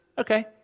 okay